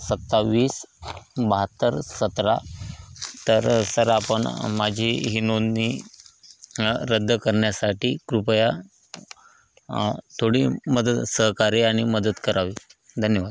सत्तावीस बहात्तर सतरा तर सर आपण माझी ही नोंदणी रद्द करण्यासाठी कृपया थोडी मदत सहकार्य आणि मदत करावी धन्यवाद